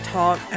talk